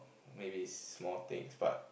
maybe small things but